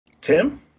Tim